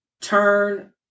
turn